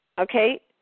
Okay